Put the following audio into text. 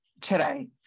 today